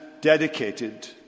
dedicated